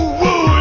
woo